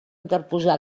interposar